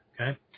Okay